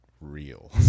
real